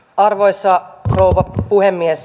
arvoisa rouva puhemies